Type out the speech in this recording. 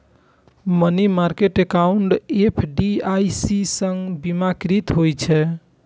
money market account FDIC सं बीमाकृत होइ छै